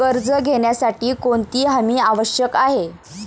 कर्ज घेण्यासाठी कोणती हमी आवश्यक आहे?